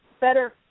better –